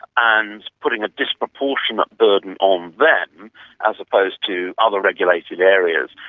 and putting a disproportionate burden on them as opposed to other regulated areas.